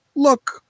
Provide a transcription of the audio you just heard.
Look